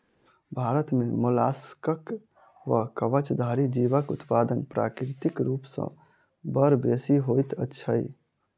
भारत मे मोलास्कक वा कवचधारी जीवक उत्पादन प्राकृतिक रूप सॅ बड़ बेसि होइत छै